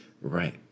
Right